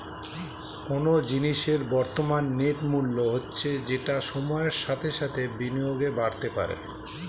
কোনো জিনিসের বর্তমান নেট মূল্য হচ্ছে যেটা সময়ের সাথে সাথে বিনিয়োগে বাড়তে পারে